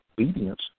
obedience